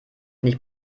nicht